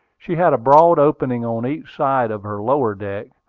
she had a broad opening on each side of her lower deck,